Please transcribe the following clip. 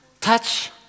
Touch